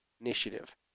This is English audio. initiative